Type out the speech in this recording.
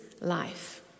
life